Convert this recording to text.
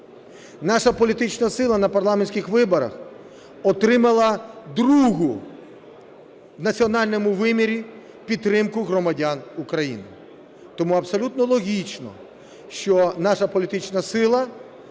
Наша політична сила на парламентських виборах отримала другу в національно вимірі підтримку громадян України. Тому абсолютно логічно, що наша політична сила